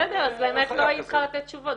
בסדר, אז באמת לא היית צריכה לתת תשובות.